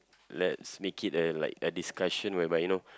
let's make it a like a discussion whereby you know